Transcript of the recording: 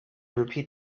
repeat